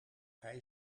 hij